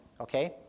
Okay